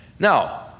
Now